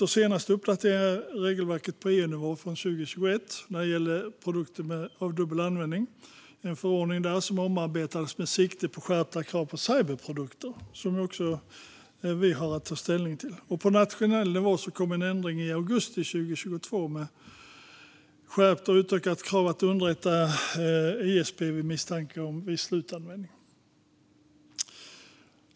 Den senaste uppdateringen av regelverket på EU-nivå är från 2021 när det gäller produkter med dubbel användning. En förordning omarbetades med sikte på skärpta krav för cyberprodukter, som också vi har att ta ställning till. På nationell nivå kom en ändring i augusti 2022 med skärpt och utökat krav på att underrätta ISP vid misstanke om viss slutanvändning.